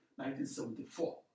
1974